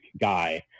guy